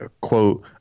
quote